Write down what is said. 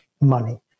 money